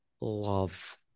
love